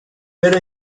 ver